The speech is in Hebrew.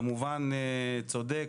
כמובן צודק,